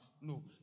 no